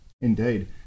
Indeed